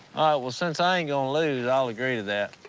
well, since i ain't gonna lose, i'll agree to that.